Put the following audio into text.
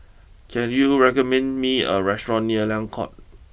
can you recommend me a restaurant near Liang court